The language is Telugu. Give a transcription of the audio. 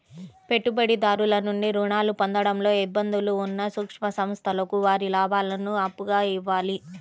పెట్టుబడిదారుల నుండి రుణాలు పొందడంలో ఇబ్బందులు ఉన్న సూక్ష్మ సంస్థలకు వారి లాభాలను అప్పుగా ఇవ్వాలి